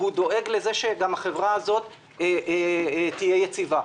ובין לדאוג לכך שהחברה הזאת תהיה יציבה.